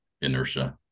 inertia